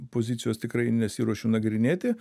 pozicijos tikrai nesiruošiu nagrinėti